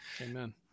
Amen